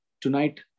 tonight